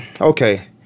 Okay